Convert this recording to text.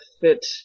fit